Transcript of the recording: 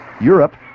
Europe